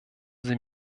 sie